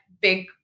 big